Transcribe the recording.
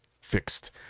fixed